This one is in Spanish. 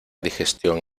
digestión